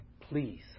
please